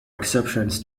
exceptions